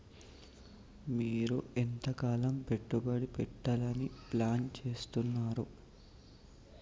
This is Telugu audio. మీరు ఎంతకాలం పెట్టుబడి పెట్టాలని ప్లాన్ చేస్తున్నారు?